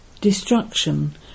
Destruction